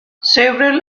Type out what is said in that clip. several